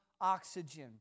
oxygen